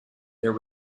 there